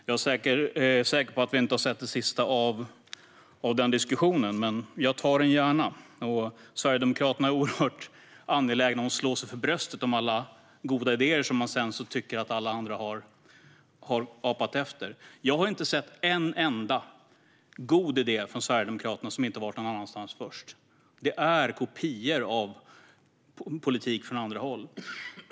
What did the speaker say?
Jag är säker på att vi inte har hört det sista av den diskussionen, men jag tar den gärna. Sverigedemokraterna är oerhört angelägna om att slå sig för bröstet för alla goda idéer som man tycker att alla andra har apat efter. Jag har inte sett en enda god idé från Sverigedemokraterna som inte först har varit någon annanstans. Det är kopior av politik från andra håll.